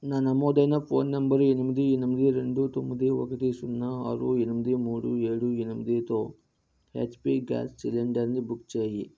నా నమోదైన phone number ఎనిమిది ఎనిమిది రెండు తొమ్మిది ఒకటి సున్నా ఆరు ఎనిమిది మూడు ఏడు ఎనిమిదితో హెచ్పి గ్యాస్ సిలిండర్ని బుక్ చేయి